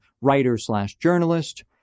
writer-slash-journalist